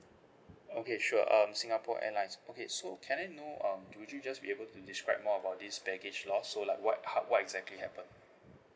okay sure um singapore airlines okay so can I know um could you just be able to describe more about this baggage loss so like what how what exactly happened